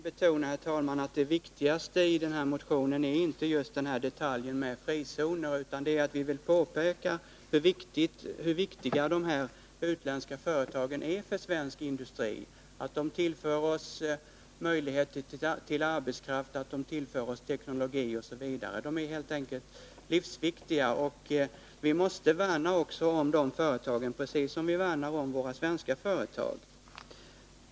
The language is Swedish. Herr talman! Jag vill betona att det viktigaste i motionen är inte just detaljen med frizoner utan det är att vi vill påpeka hur viktiga de här utländska företagen är för svensk industri. De tillför oss möjligheter till arbete, de tillför oss teknologi, osv. De är helt enkelt livsviktiga, och vi måste värna också om de företagen, precis som vi värnar om våra svenska företag.